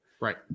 Right